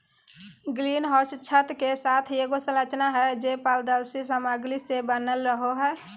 green house छत के साथ एगो संरचना हइ, जे पारदर्शी सामग्री से बनल रहो हइ